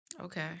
Okay